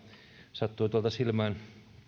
sattui tuolta silmään